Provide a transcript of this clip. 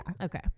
Okay